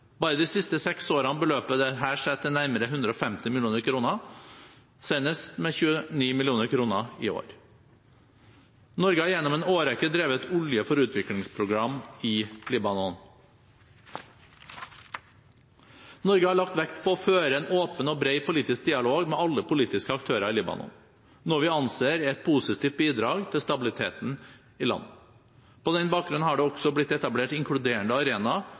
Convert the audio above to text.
Bare de siste seks årene beløper dette seg til nærmere 150 mill. kr – senest med 29 mill. kr i år. Norge har gjennom en årrekke drevet et Olje for utvikling-program i Libanon. Norge har lagt vekt på å føre en åpen og bred politisk dialog med alle politiske aktører i Libanon, noe vi anser er et positivt bidrag til stabiliteten i landet. På denne bakgrunn har det også blitt etablert inkluderende arenaer